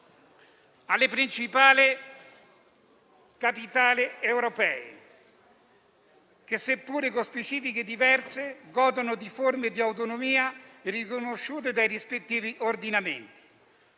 alle principali capitali europee che, sia pure con specifiche diverse, godono di forme di autonomia riconosciute dai rispettivi ordinamenti.